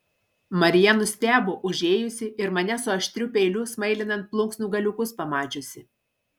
marija nustebo užėjusi ir mane su aštriu peiliu smailinant plunksnų galiukus pamačiusi